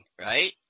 right